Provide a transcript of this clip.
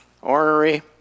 ornery